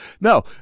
No